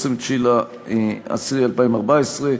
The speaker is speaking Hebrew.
29 באוקטובר 2014,